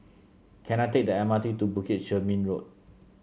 can I take the M R T to Bukit Chermin Road